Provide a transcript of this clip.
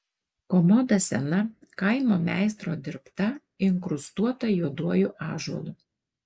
komoda sena kaimo meistro dirbta inkrustuota juoduoju ąžuolu